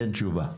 תן תשובה.